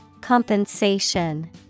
Compensation